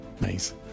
Nice